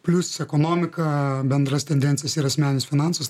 plius ekonomiką bendras tendencijas ir asmeninius finansus